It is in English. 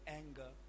anger